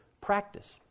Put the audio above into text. practice